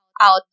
Out